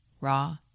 raw